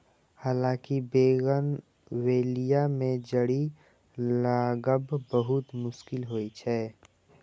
हालांकि बोगनवेलिया मे जड़ि लागब बहुत मुश्किल होइ छै